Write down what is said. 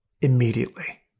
immediately